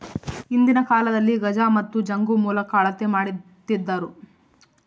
ಹಿಂದಿನ ಕಾಲದಲ್ಲಿ ಗಜ ಮತ್ತು ಜಂಗು ಮೂಲಕ ಅಳತೆ ಮಾಡ್ತಿದ್ದರು